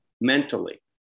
mentally